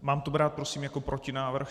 Mám to brát prosím jako protinávrh?